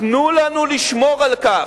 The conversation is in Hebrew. תנו לנו לשמור על כך.